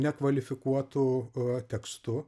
nekvalifikuotu a tekstu